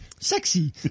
sexy